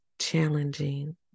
Challenging